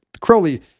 Crowley